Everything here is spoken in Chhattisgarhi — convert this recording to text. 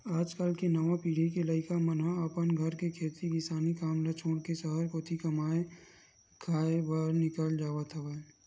आज कल के नवा पीढ़ी के लइका मन ह अपन घर के खेती किसानी काम ल छोड़ के सहर कोती कमाए खाए बर निकल जावत हवय